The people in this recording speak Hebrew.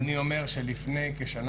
אני אומר שלפני כשנה